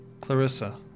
Clarissa